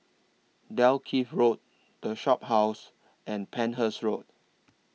Dalkeith Road The Shophouse and Penhas Road